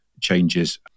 changes